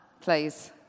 Please